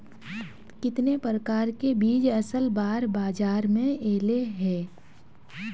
कितने प्रकार के बीज असल बार बाजार में ऐले है?